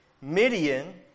Midian